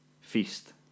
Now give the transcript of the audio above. Feast